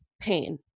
pain